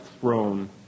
throne